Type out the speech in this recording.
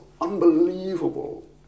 unbelievable